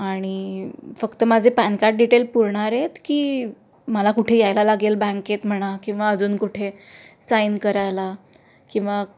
आणि फक्त माझे पॅन कार्ड डिटेल पुरणार आहेत की मला कुठे यायला लागेल बँकेत म्हणा किंवा अजून कुठे साईन करायला किंवा